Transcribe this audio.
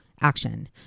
action